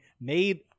made